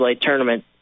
tournament